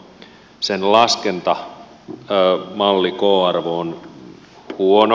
sen laskentamallin k arvo on huono